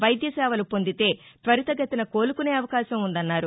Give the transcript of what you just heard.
వైద్య సేవలు పొందితే త్వరితగతిన కోలుకునే అవకాశం ఉందన్నారు